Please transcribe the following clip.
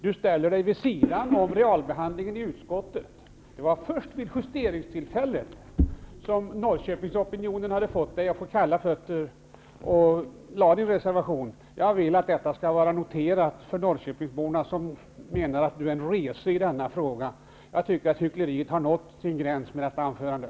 Han ställer sig vid sidan av realbehandlingen i utskottet. Norrköpingsopinionen hade gett honom kalla fötter och han gjorde sin reservation. Jag vill att detta skall vara noterat för norrköpingsborna, som menar att Ingvar Björk är en rese i denna fråga. Jag tycker att hyckleriet har nått sin gräns med det hållna anförandet.